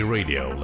Radio